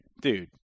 dude